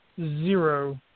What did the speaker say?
zero